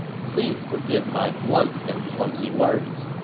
please forgive my blunt and clumsy words.